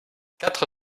quatre